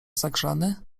zagrzany